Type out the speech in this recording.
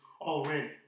already